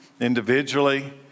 individually